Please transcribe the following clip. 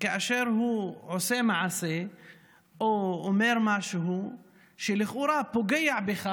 כאשר הוא עושה מעשה או אומר משהו שלכאורה פוגע בך,